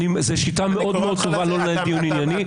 זו שיטה מאוד מאוד טובה לא לנהל דיון ענייני.